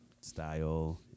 style